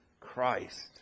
Christ